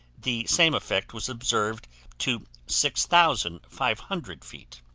the same effect was observed to six thousand five hundred feet.